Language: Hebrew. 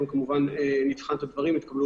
אנחנו נבחן את הערות הציבור הרבות שנתקבלו.